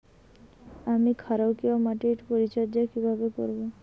আমি ক্ষারকীয় মাটির পরিচর্যা কিভাবে করব?